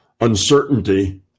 uncertainty